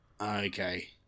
Okay